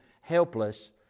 helpless